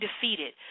defeated